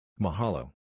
Mahalo